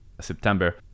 September